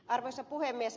arvoisa puhemies